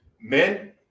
Men